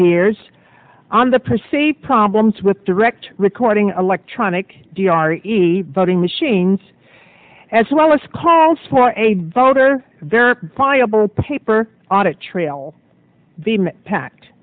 years on the perceived problems with direct recording electronic d r voting machines as well as calls for a voter verifiable paper audit trail the pac